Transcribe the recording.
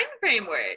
framework